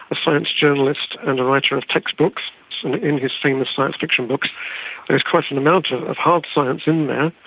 a science journalist and a writer of textbooks, and in his famous science fiction books there is quite an amount of hard science in there.